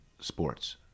sports